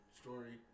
story